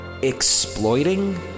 Exploiting